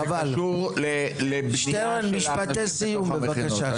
ומכינה אחרת צריכה ליהנות מבטיחות ומאחריות אחרת.